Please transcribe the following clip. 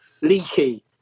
leaky